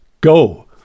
Go